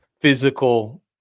physical